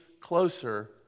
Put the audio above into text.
closer